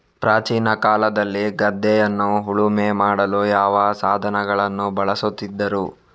ಪ್ರಾಚೀನ ಕಾಲದಲ್ಲಿ ಗದ್ದೆಯನ್ನು ಉಳುಮೆ ಮಾಡಲು ಯಾವ ಸಾಧನಗಳನ್ನು ಬಳಸುತ್ತಿದ್ದರು?